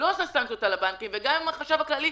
מישהו מקבל הלוואות?